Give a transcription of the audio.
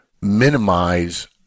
minimize